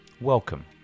Welcome